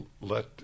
let